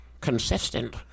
Consistent